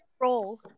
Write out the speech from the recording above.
role